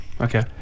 Okay